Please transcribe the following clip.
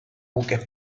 buques